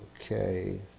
Okay